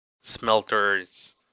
smelters